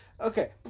Okay